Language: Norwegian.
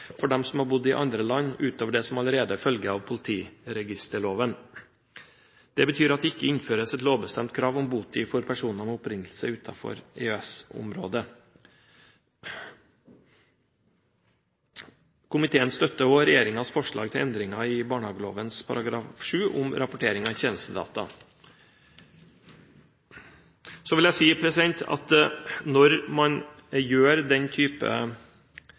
for dem som har bodd i andre land, utover det som allerede følger av politiregisterloven. Det betyr at det ikke innføres et lovbestemt krav om botid for personer med opprinnelse utenfor EØS-området. Komiteen støtter også regjeringens forslag til endringer i barnehageloven § 7 om rapportering av tjenestedata. Når man gjør den type